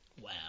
Wow